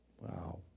Wow